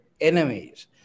enemies